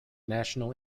national